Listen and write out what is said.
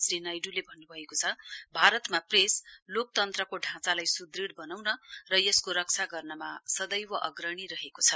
श्री नाइडूले भन्नुभएको छ भारतमा प्रेस लोकतन्त्रको ढाँचालाई सुदृढ वनाउन र यसको रक्षा गर्नमा सदैव अग्रणी रहेको छ